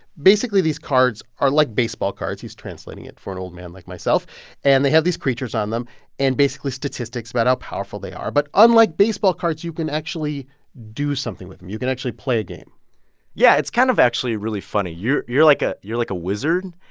basically, these cards are like baseball cards he's translating it for an old man like myself and they have these creatures on them and, basically, statistics about how powerful they are. but unlike baseball cards, you can actually do something with them. you can actually play a game yeah. it's kind of actually really funny. you're you're like ah a wizard,